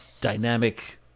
dynamic